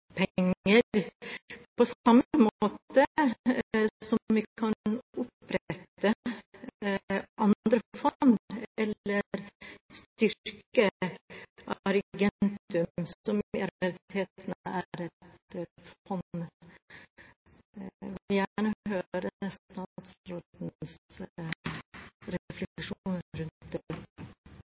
på samme måte som vi kan opprette andre fond, eller styrke Argentum, som i realiteten er et fond. Jeg vil gjerne høre statsrådens refleksjoner rundt